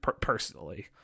personally